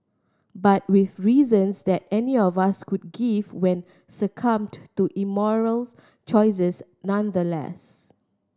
but with reasons that any of us could give when succumbed to immoral choices nonetheless